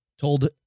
told